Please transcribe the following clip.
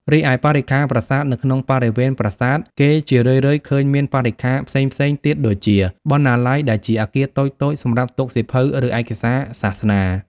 រីឯបរិក្ខារប្រាសាទនៅក្នុងបរិវេណប្រាសាទ គេជារឿយៗឃើញមាន បរិក្ខារ ផ្សេងៗទៀតដូចជា បណ្ណាល័យ (ដែលជាអគារតូចៗសម្រាប់ទុកសៀវភៅ ឬឯកសារសាសនា)។